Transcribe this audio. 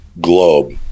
Globe